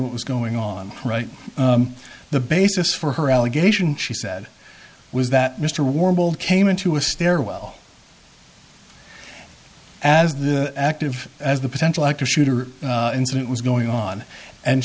what was going on right the basis for her allegation she said was that mr warbled came into a stairwell as the active as the potential active shooter incident was going on and